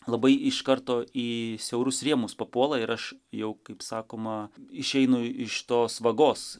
labai iš karto į siaurus rėmus papuola ir aš jau kaip sakoma išeinu iš tos vagos